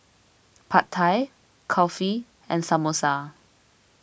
Pad Thai Kulfi and Samosa